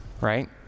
right